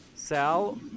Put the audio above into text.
Sal